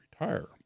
retire